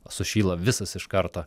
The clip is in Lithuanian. sušyla visas iš karto